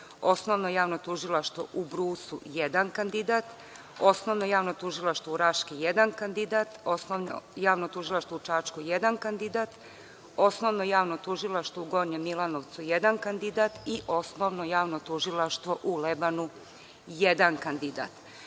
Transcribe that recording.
Osnovno javno tužilaštvo u Brusu, jedan kandidat; Osnovno javno tužilaštvo u Raški, jedan kandidat; Osnovno javno tužilaštvo u Čačku, jedan kandidat; Osnovno javno tužilaštvo u Gornjem Milanovcu, jedan kandidat i Osnovno javno tužilaštvo u Lebanu, jedan